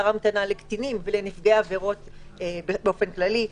המתנה לקטינים ולנפגעי עבירות באופן כללי,